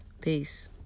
Peace